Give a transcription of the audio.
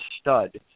stud